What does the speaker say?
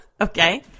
Okay